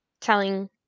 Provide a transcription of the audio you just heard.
telling